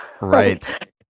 Right